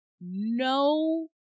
no